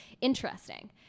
interesting